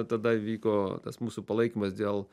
tada vyko tas mūsų palaikymas dėl